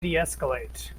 deescalate